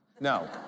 No